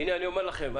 הינה אני אומר לכם,